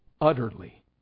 utterly